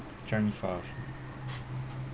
changi far